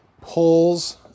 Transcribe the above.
pulls